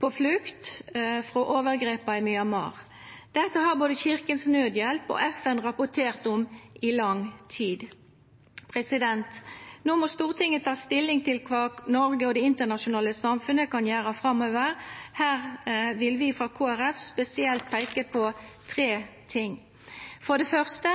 på flukt fra overgrepene i Myanmar. Dette har både Kirkens Nødhjelp og FN rapportert om i lang tid. Nå må Stortinget ta stilling til hva Norge og det internasjonale samfunnet kan gjøre framover. Her vil vi fra Kristelig Folkeparti spesielt peke på tre ting. For det første